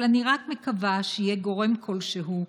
אבל אני רק מקווה שיהיה גורם כלשהו,